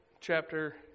chapter